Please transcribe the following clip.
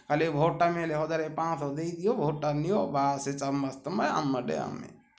ଖାଲି ଭୋଟ୍ଟା ନେଲେ ହଜାରେ ପାଁଶହ ଦେଇଦିଅ ଭୋଟ୍ଟା ନିଅ ଆମ ବାଟେ ଆମେ